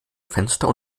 fenster